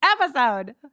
episode